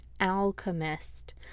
alchemist